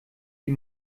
die